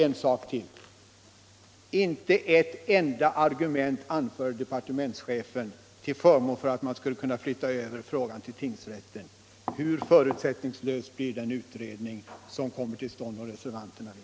En sak till: Inte ett enda argument anförde departementschefen till förmån för en överflyttning av dessa mål till tingsrätten. Hur förutsättningslöst skulle utredningen bli om reservanterna vann?